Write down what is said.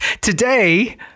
Today